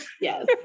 Yes